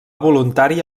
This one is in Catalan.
voluntari